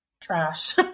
trash